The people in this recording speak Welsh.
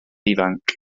ifanc